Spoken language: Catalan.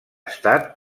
estat